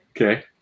Okay